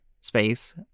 space